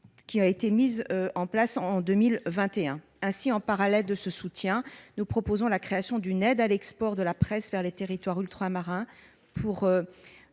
mise en place en 2021. En parallèle de ce soutien, nous proposons la création d’une aide à l’export de la presse vers les territoires ultramarins, pour